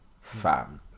Fam